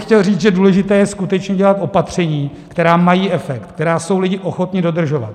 Chtěl bych říct, že důležité je skutečně dělat opatření, která mají efekt, která jsou lidi ochotni dodržovat.